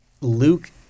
Luke